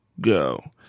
go